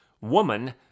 Woman